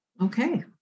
Okay